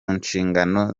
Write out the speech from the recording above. nshingano